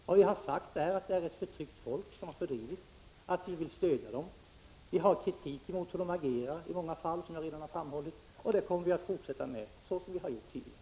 Vad vi har sagt är att det gäller ett förtryckt folk som har fördrivits, och att vi vill stödja dessa människor. Vi anför kritik mot hur de agerar i många fall, som jag redan framhållit, och denna kritik kommer vi att fortsätta att framföra på samma sätt som hittills.